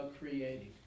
creating